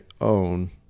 own